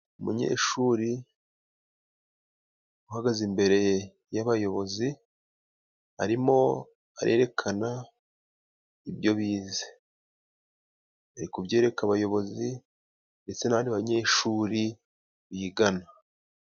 Umunyeshuri uhagaze imbere y'abayobozi arimo arerekana ibyo bize ari kubyereka abayobozi ndetse n'abandi banyeshuri bigana.